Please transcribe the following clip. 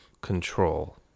control